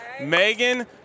megan